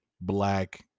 black